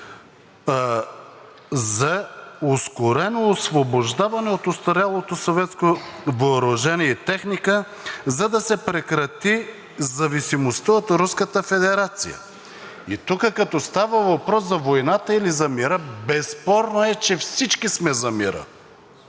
за ускорено освобождаване от остарялото съветско въоръжение и техника, за да се прекрати зависимостта от Руската федерация. И тук, като става въпрос за войната или мира, безспорно е, че всички сме за мира,